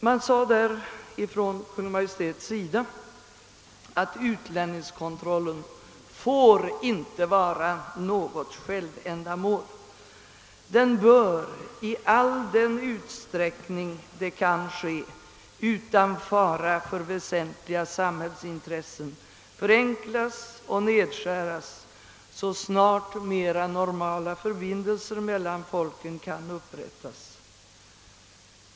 Kungl. Maj:t skrev då: »Denna» -— d. v. s. utlänningskontrollen — »får icke vara något självändamål; den bör, i all den utsträckning det kan ske utan fara för väsentliga samhällsintressen, förenklas och nedskäras, så snart mera normala förbindelser mellan folken kan upprättas.